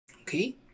Okay